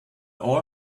all